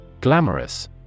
Glamorous